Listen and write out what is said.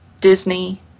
Disney